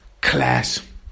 class